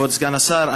כבוד סגן השר,